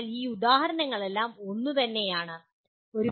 അതിനാൽ ഈ ഉദാഹരണങ്ങളെല്ലാം ഒന്നുതന്നെയാണ് സമാനമാണ്